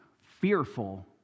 fearful